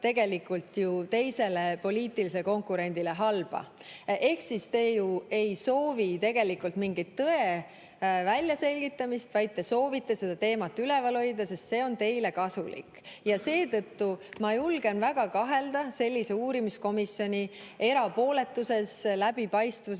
tegelikult ju teisele poliitilisele konkurendile halba. Te ju ei soovi tegelikult mingit tõe väljaselgitamist, vaid te soovite seda teemat üleval hoida, sest see on teile kasulik. Seetõttu ma julgen väga kahelda sellise uurimiskomisjoni erapooletuses, läbipaistvuses